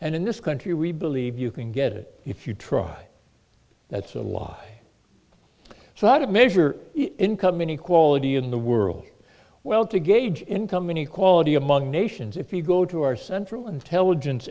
and in this country we believe you can get it if you try that's a lie so i don't measure income inequality in the world well to gauge income inequality among nations if you go to our central intelligence